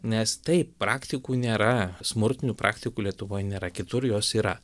nes taip praktikų nėra smurtinių praktikų lietuvoj nėra kitur jos yra